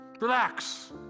Relax